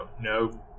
no